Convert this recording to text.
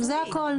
זה הכול.